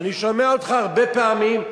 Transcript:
ואני שומע אותך הרבה פעמים.